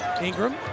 ingram